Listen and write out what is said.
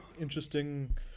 interesting